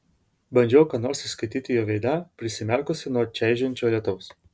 bandžiau ką nors išskaityti jo veide prisimerkusi nuo čaižančio lietaus